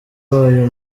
wayo